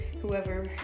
whoever